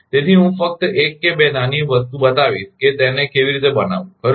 તેથી હું ફક્ત 1 કે 2 નાની વસ્તુ બતાવીશ કે તેને કેવી રીતે બનાવવું ખરુ ને